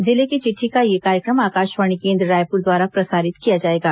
जिले की चिट्ठी का यह कार्यक्रम आकाशवाणी केंद्र रायपुर द्वारा प्रसारित किया जाएगा